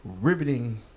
riveting